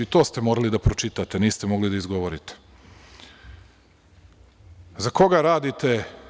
I to ste morali da pročitate, niste mogli da izgovorite, za koga radite?